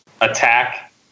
attack